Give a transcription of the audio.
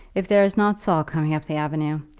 if there is not saul coming up the avenue!